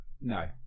No